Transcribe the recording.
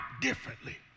differently